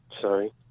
Sorry